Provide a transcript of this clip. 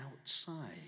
outside